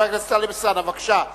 חבר הכנסת טלב אלסאנע, בבקשה.